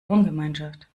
wohngemeinschaft